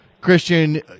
Christian